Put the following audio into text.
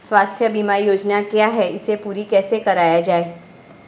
स्वास्थ्य बीमा योजना क्या है इसे पूरी कैसे कराया जाए?